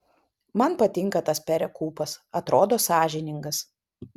man patinka tas perekūpas atrodo sąžiningas